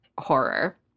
horror